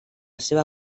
seva